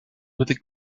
with